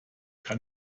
kann